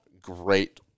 great